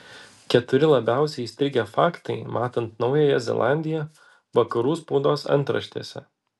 keturi labiausiai įstrigę faktai matant naująją zelandiją vakarų spaudos antraštėse